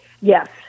Yes